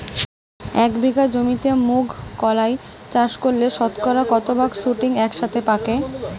এক বিঘা জমিতে মুঘ কলাই চাষ করলে শতকরা কত ভাগ শুটিং একসাথে পাকে?